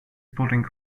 putting